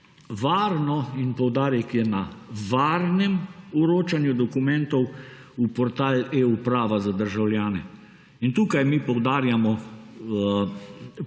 varno. In poudarek je na varnem vročanju dokumentov v portal eUprava za državljane. Tukaj mi poudarjamo